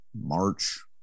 March